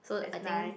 that's nice